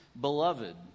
beloved